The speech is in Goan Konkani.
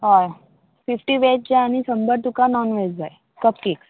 हय फिफ्टी वॅज जाय आनी शंबर तुका नॉन वॅज जाय कपकेक्स